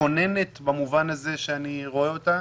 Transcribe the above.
מכוננת, במובן הזה אני רואה אותה.